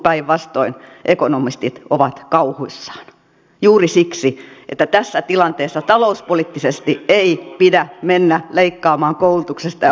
päinvastoin ekonomistit ovat kauhuissaan juuri siksi että tässä tilanteessa talouspoliittisesti ei pidä mennä leikkaamaan koulutuksesta ja osaamisesta